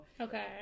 Okay